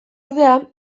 ordea